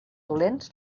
dolents